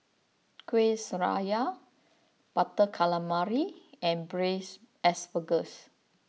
Kuih Syara Butter Calamari and Braised Asparagus